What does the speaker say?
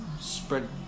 spread